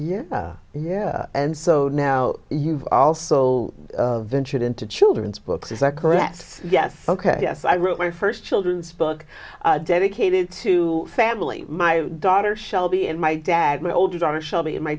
yeah yeah and so now you've also ventured into children's books is that correct yes ok yes i wrote my first children's book dedicated to family my daughter shelby and my dad my older daughter shelby and my